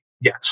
Yes